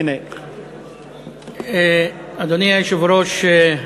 אדוני היושב-ראש,